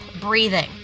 breathing